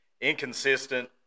inconsistent